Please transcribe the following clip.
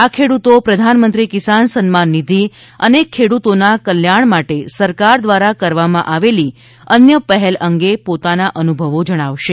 આ ખેડૂતો પ્રધાનમંત્રી કિસાન સન્માન નિધિ અને ખેડૂતોના કલ્યાણ માટે સરકાર દ્વારા કરવામાં આવેલી અન્ય પહેલ અંગે પોતાના અનુભવો જણાવશે